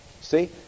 See